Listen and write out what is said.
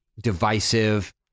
divisive